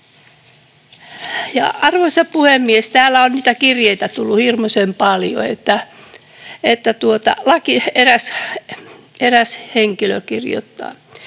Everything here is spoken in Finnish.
Arvoisa puhemies! Täällä on näitä kirjeitä tullut hirmuisen paljon. Eräs henkilö kirjoittaa: